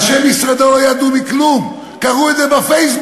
אנשי משרדו לא ידעו מכלום, קראו את זה בפייסבוק.